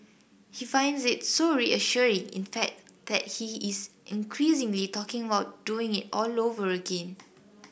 he finds it so reassuring in fact that he is increasingly talking about doing it all over again